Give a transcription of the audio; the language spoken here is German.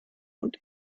und